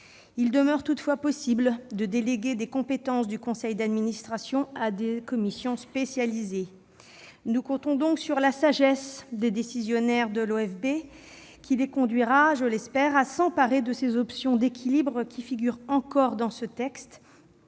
Il demeure toutefois possible de déléguer des compétences du conseil d'administration à des commissions spécialisées. Nous comptons donc sur la sagesse des décisionnaires de l'OFB, qui les conduira, je l'espère, à s'emparer de ces options d'équilibre qui figurent encore dans le texte,